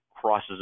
crosses